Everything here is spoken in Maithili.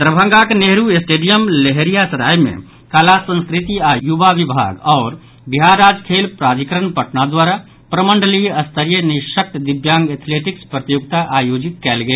दरभंगाक नेहरू स्टेडियम लहेरियासराय मे कला संस्कृति आ युवा विभाग आओर बिहार राज्य खेल प्राधिकरण पटना द्वारा प्रमंडलीय स्तरीय निःशक्त दिव्यांग एथेलेटिक्स प्रतियोगिता आयोजित कयल गेल